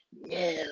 no